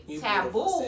taboo